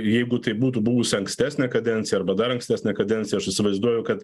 jeigu tai būtų buvusi ankstesnė kadencija arba dar ankstesnė kadencija aš įsivaizduoju kad